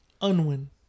Unwin